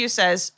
says